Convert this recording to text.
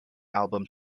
album